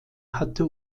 hatte